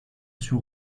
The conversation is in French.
sur